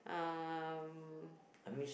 um